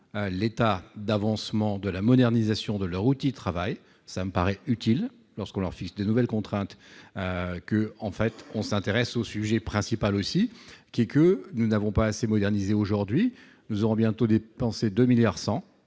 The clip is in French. l'état d'avancement de la modernisation de leur outil de travail, ça me paraît utile lorsqu'on leur fixe de nouvelles contraintes qu'en fait on s'intéresse au sujet principal aussi, qui est que nous n'avons pas assez modernisées, aujourd'hui, nous aurons bientôt dépenser 2 milliards